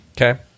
Okay